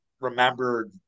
remembered